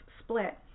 split